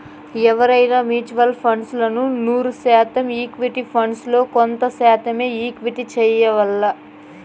ఎవువైనా mutual funds ల నూరు శాతం ఈక్విటీ ఫండ్స్ ల కొంత శాతమ్మే ఇన్వెస్ట్ చెయ్యాల్ల